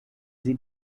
sie